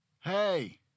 Hey